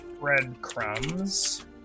breadcrumbs